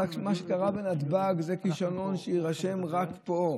אבל מה שקרה בנתב"ג זה כישלון שיירשם רק פה.